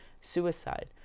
suicide